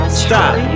stop